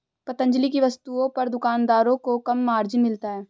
पतंजलि की वस्तुओं पर दुकानदारों को कम मार्जिन मिलता है